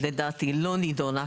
שלא לדבר על זה שבהצעת החוק ראיתי